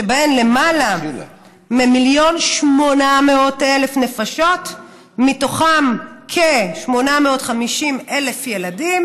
שבהן למעלה מ-1.8 מיליון נפשות ומתוכן כ-850,000 ילדים,